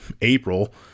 April